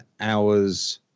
hours